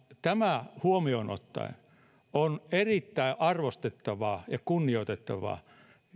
tämä huomioon ottaen on erittäin arvostettavaa ja kunnioitettavaa